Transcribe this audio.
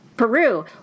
Peru